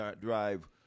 drive